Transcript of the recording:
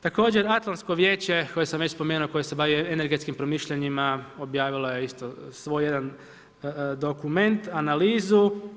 Također, Atlantsko vijeće koje sam već spomenuo, koje se bavi energetskim promišljanjima objavilo je isto svoj jedan dokument, analizu.